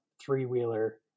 three-wheeler